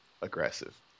aggressive